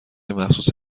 مخصوص